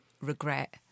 regret